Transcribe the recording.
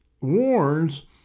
warns